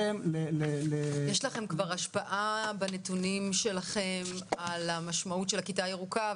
יש לכם כבר השפעה בנתונים שלכם על המשמעות של הכיתה הירוקה,